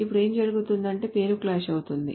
ఇప్పుడు ఏమి జరిగుతందంటే పేరు క్లాష్ అవుతుంది